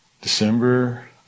December